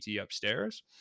upstairs